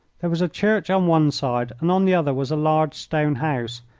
there was a church on one side, and on the other was a large stone house,